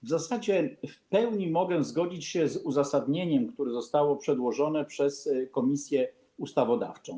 W zasadzie w pełni mogę zgodzić się z uzasadnieniem, które zostało przedłożone przez Komisję Ustawodawczą.